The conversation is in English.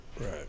Right